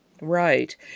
Right